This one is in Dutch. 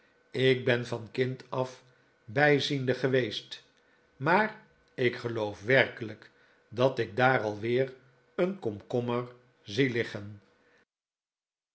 ik ben van kind af bijziende geweest maar ik geloof werkelijk dat ik daar alweer een komkommer zie liggen